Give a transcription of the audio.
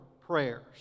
prayers